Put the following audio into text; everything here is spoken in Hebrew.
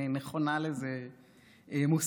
אני נכונה לזה מוסרית.